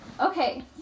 Okay